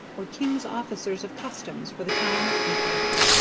or king's officers of customs for the town of deephaven.